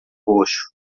roxo